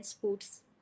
foods